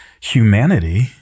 humanity